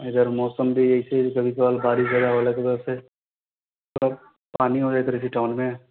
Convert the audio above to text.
अगर मौसम बिगरै छै कभीकाल बारिस जादा हुए लागि जाइ छै तब पानी हो जाइत रहै छै टाउन मे